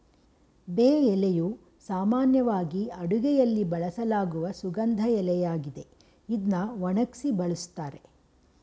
ಬೇ ಎಲೆಯು ಸಾಮಾನ್ಯವಾಗಿ ಅಡುಗೆಯಲ್ಲಿ ಬಳಸಲಾಗುವ ಸುಗಂಧ ಎಲೆಯಾಗಿದೆ ಇದ್ನ ಒಣಗ್ಸಿ ಬಳುಸ್ತಾರೆ